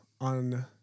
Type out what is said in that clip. on